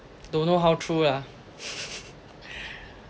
don't know how true lah